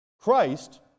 Christ